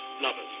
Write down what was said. lovers